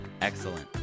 excellent